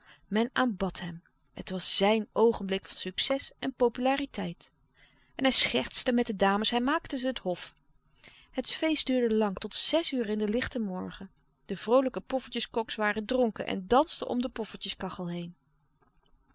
men aanbad hem het was zijn oogenblik van succes en populariteit en hij schertste met de dames hij maakte ze het hof het feest duurde lang tot zes uur in den lichten morgen de vroolijke poffertjeskoks waren dronken en dansten om de poffertjeskachel heen